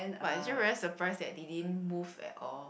but I still very surprised that they didn't move at all